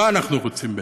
מה אנחנו רוצים בעצם?